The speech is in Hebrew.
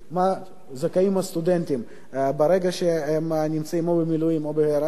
למה זכאים הסטודנטים ברגע שהם נמצאים או במילואים או בהיריון.